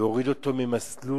להוריד אותו ממסלול